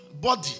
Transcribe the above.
body